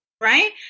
right